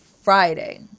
Friday